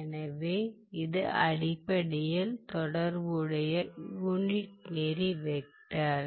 எனவே இது அடிப்படையில் தொடர்புடைய யூனிட் நெறி வெக்டர்